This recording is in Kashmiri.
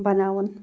بَناوُن